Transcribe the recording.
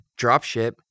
dropship